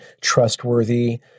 trustworthy